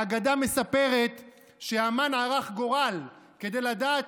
האגדה מספרת שהמן ערך גורל כדי לדעת